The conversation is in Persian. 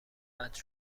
قطع